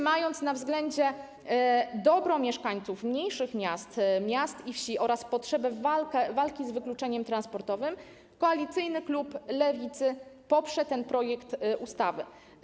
Mając na względzie dobro mieszkańców mniejszych miast i wsi oraz potrzebę walki z wykluczeniem transportowym, koalicyjny klub Lewicy poprze ten projekt ustawy.